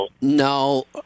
no